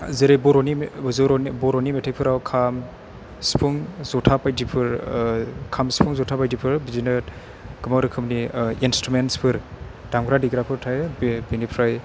जेरै बर'नि मेथाइ जरनि बरनि मेथाइफोराव खाम सिफुं जथा बायदिफोर खाम सिफुं जथा बायदिफोर बिदिनो गोबां रोखोमनि इन्सट्रुमेन्टसफोर दामग्रा देग्राफोर थायो बेनिफ्राय